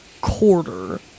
quarter